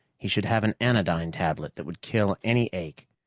he should have an anodyne tablet that would kill any ache.